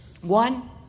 One